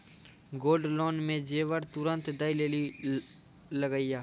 Gold loan मे जेबर तुरंत दै लेली लागेया?